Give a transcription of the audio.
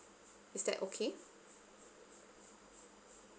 is that okay